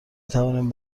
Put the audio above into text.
میتوانیم